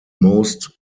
most